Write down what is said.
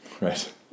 Right